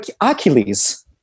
Achilles